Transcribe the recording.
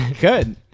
Good